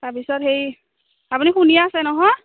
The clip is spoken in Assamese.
তাৰপিছত হেৰি আপুনি শুনি আছে নহয়